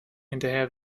hinterher